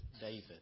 David